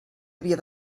havia